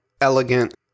Elegant